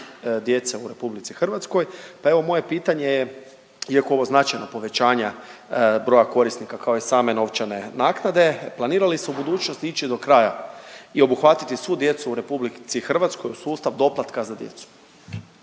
djece u RH pa evo moje pitanje je, iako ovo značajno povećanja broja korisnika kao i same novčane naknade. Planira li se u budućnosti ići do kraja i obuhvatiti svu djecu u RH u sustav doplatka za djecu?